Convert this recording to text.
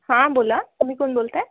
हां बोला तुम्ही कोण बोलत आहात